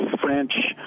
French